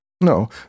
No